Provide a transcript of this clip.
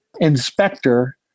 inspector